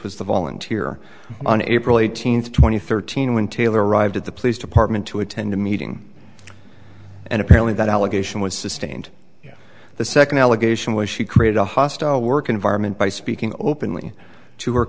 was the volunteer on april eighteenth two thousand and thirteen when taylor arrived at the police department to attend a meeting and apparently that allegation was sustained yeah the second allegation was she created a hostile work environment by speaking openly to her